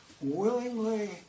Willingly